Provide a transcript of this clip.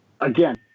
again